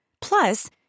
Plus